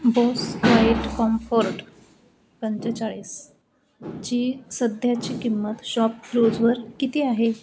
Bose quiet comfort पंचेचाळीसची सध्याची किंमत शॉपक्लूजवर किती आहे